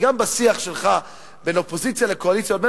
כי גם בשיח שלך בין אופוזיציה לקואליציה ובין